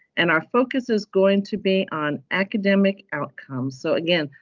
and our focus is going to be on academic outcome. so again,